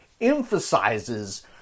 emphasizes